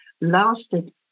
lasted